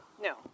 No